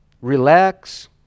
relax